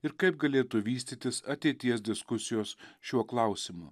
ir kaip galėtų vystytis ateities diskusijos šiuo klausimu